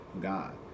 God